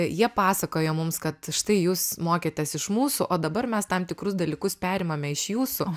jie pasakojo mums kad štai jūs mokėtės iš mūsų o dabar mes tam tikrus dalykus perimame iš jūsų